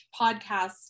podcast